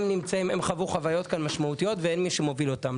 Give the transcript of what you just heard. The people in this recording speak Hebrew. הם חוו כאן חוויות משמעותיות ואין מי שמוביל אותם,